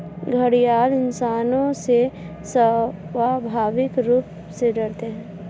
घड़ियाल इंसानों से स्वाभाविक रूप से डरते है